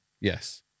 Yes